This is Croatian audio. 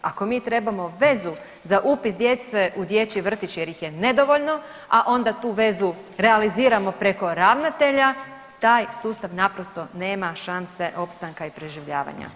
Ako mi trebamo vezu za upis djece u dječji vrtić jer ih je nedovoljno a onda tu vezu realiziramo preko ravnatelja taj sustav naprosto nema šanse opstanka i preživljavanja.